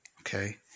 Okay